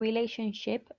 relationship